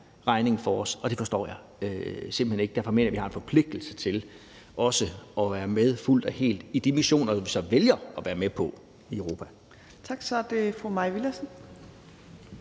regningen for os. Det forstår jeg simpelt hen ikke, og derfor mener jeg, at vi har en forpligtelse til også at være med fuldt og helt i de missioner, vi så vælger at være med i på europæisk plan. Kl. 15:34 Tredje